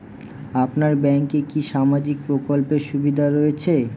আপনার ব্যাংকে কি সামাজিক প্রকল্পের সুবিধা রয়েছে?